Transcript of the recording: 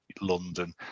London